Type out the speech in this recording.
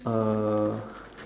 uh